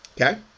Okay